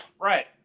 Right